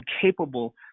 capable